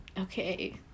okay